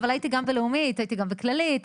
אבל הייתי גם בלאומית והייתי גם בכללית,